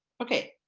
okay.